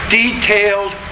detailed